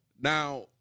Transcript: Now